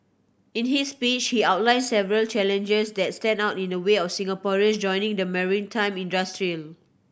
in his speech he outlined several challenges that stand out in the way of Singaporeans joining the maritime industry